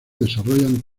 desarrollan